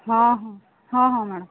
ହଁ ହଁ ହଁ ହଁ ମ୍ୟାଡ଼ାମ୍